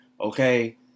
okay